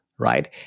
right